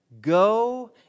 go